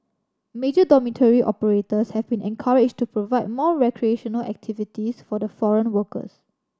major dormitory operators have been encouraged to provide more recreational activities for the foreign workers